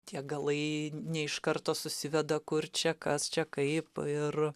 tie galai ne iš karto susiveda kur čia kas čia kaip ir